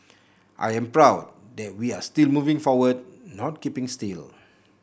I am proud that we are still moving forward not keeping still